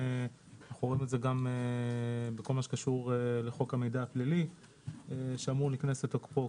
רואים את זה גם בכל מה שקשור לחוק המידע הכללי שאמור להיכנס לתוקפו.